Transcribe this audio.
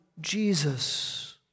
Jesus